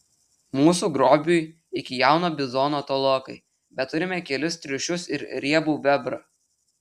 mūsų grobiui iki jauno bizono tolokai bet turime kelis triušius ir riebų bebrą